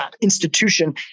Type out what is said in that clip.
institution